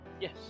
Yes